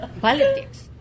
politics